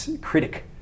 critic